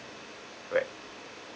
right